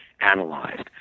analyzed